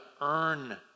earn